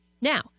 Now